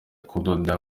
kudoda